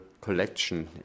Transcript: collection